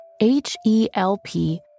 H-E-L-P